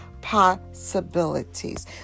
possibilities